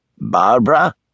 Barbara